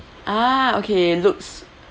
ah okay looks